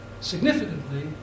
significantly